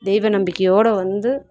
தெய்வ நம்பிக்கையோட வந்து